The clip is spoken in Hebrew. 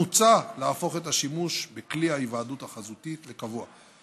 מוצע להפוך את השימוש בכלי ההיוועדות החזותית לקבוע.